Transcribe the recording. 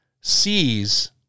sees